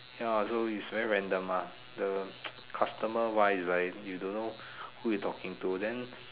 ya so is very random ah the customer wise is like you don't know who you're talking to then